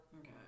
Okay